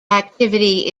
activity